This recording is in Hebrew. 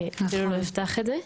אני אפילו לא אפתח את זה.